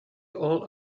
all